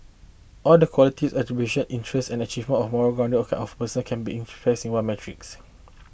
all the qualities attribution interests achievement and moral grounding of a person can't be expressed in one metrics